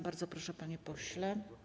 Bardzo proszę, panie pośle.